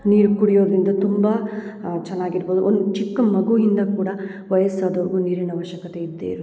ನೀರು ಕುಡಿಯೋದರಿಂದ ತುಂಬ ಚೆನ್ನಾಗಿರ್ಬೋದು ಒಂದು ಚಿಕ್ಕ ಮಗುಯಿಂದ ಕೂಡ ವಯಸ್ಸಾದೋರ್ಗು ನೀರಿನ ಆವಶ್ಯಕತೆ ಇದ್ದೇ ಇರುತ್ತೆ